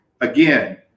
again